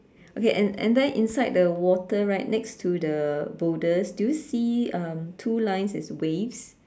okay and and then inside the water right next to the boulders do you see um two lines as waves